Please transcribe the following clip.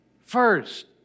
first